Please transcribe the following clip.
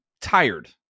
tired